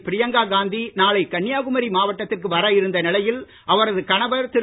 பிரியங்கா காந்தி நாளை கன்னியாகுமரி மாவட்டத்திற்கு வர இருந்த நிலையில் அவரது கணவர் திரு